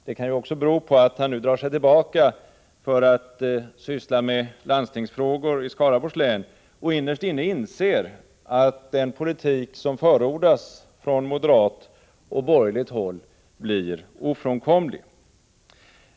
Det kanske även beror på att han, när han nu drar sig tillbaka för att syssla med landstingsfrågor i Skaraborgs län, innerst inne inser att den politik som förordas från moderat och borgerligt håll blir ofrånkomlig.